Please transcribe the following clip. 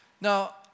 Now